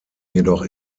jedoch